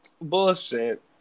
Bullshit